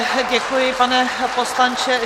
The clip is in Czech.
Také děkuji, pane poslanče.